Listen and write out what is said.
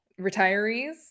retirees